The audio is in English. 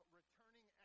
returning